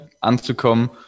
anzukommen